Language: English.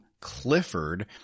Clifford